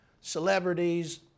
celebrities